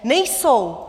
Nejsou.